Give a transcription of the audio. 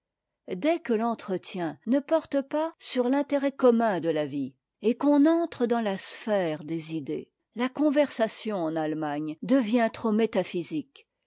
dès que l'entretien ne porte pas sur les intérêts communs de la vie et qu'on entre dans la sphère des idées la conversation en allemagne devient trop métaphysique